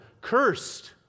cursed